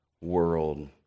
world